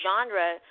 genre